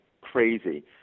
crazy